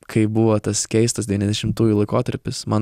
kai buvo tas keistas devyniasdešimtųjų laikotarpis man